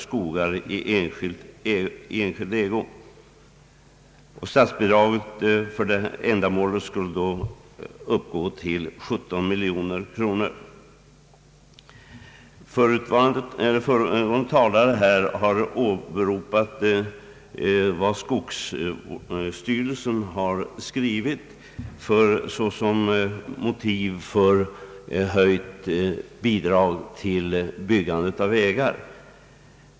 Föregående talare har åberopat vad skogsstyrelsen skrivit såsom motiv för en höjning av bidraget till byggande av vägar.